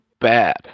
bad